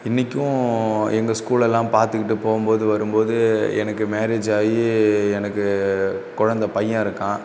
இன்றைக்கும் எங்கள் ஸ்கூல் எல்லாம் பார்த்துக்கிட்டு போகும்போது வரும்போது எனக்கு மேரேஜாகி எனக்கு குழந்த பையன் இருக்கான்